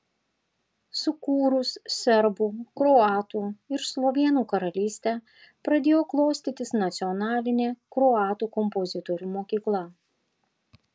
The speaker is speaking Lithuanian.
sukūrus serbų kroatų ir slovėnų karalystę pradėjo klostytis nacionalinė kroatų kompozitorių mokykla